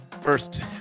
First